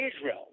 Israel